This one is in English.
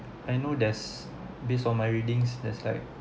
I know that's based on my readings that's like